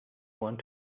want